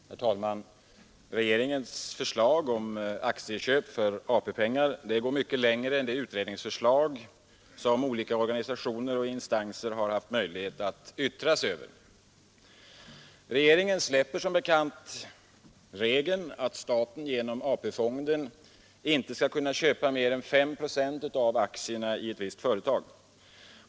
Herr talman! Regeringens förslag om aktieköp för AP-pengar går mycket längre än det utredningsförslag som olika organisationer och instanser haft möjlighet att yttra sig över. Regeringen släpper som bekant regeln att staten inom AP-fonden inte skall kunna köpa mer än 5 procent av aktierna i ett visst företag.